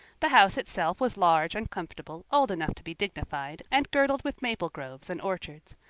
the house itself was large and comfortable, old enough to be dignified, and girdled with maple groves and orchards.